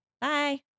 bye